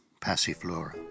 Passiflora